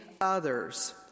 others